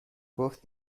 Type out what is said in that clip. گفت